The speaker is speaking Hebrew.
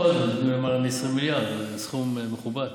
בכל זאת, 10 מיליארד זה סכום מכובד.